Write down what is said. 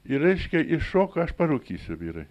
ir reiškia iššoko aš parūkysiu vyrai